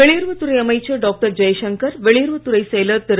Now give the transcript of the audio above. வெளியுறவுத் துறை அமைச்சர் டாக்டர் ஜெயசங்கர் வெளியுறவுத் துறை செயலர் திரு